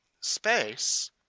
space